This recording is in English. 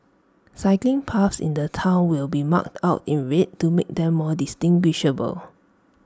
cycling paths in the Town will be marked out in red to make them more distinguishable